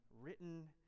written